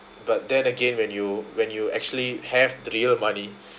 but then again when you when you actually have the real money